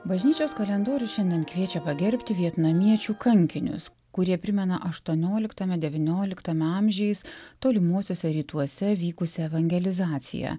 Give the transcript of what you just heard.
bažnyčios kalendorius šiandien kviečia pagerbti vietnamiečių kankinius kurie primena aštuonioliktame devynioliktame amžiais tolimuosiuose rytuose vykusią evangelizaciją